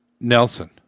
Nelson